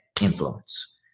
influence